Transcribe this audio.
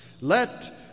Let